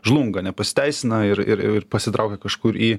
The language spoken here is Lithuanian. žlunga nepasiteisina ir ir ir pasitraukia kažkur į